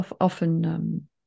often